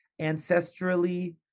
ancestrally